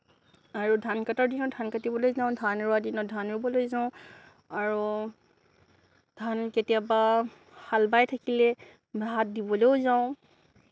আৰু ধান কটাৰ দিনত ধান কাটিবলৈ যাওঁ ধান ৰুৱা দিনত ধান ৰুবলৈ যাওঁ আৰু ধান কেতিয়াবা হাল বাই থাকিলে ভাত দিবলৈও যাওঁ